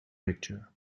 picture